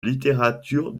littérature